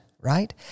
right